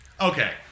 okay